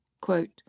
Quote